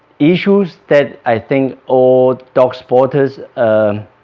issues that i think all dog sporters are